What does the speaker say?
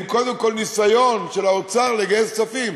הם קודם כול ניסיון של האוצר לגייס כספים.